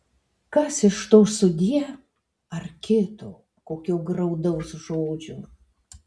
kas iš to sudie ar kito kokio graudaus žodžio